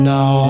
Now